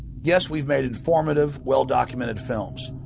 yes, we've made informative, well-documented films,